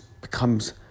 becomes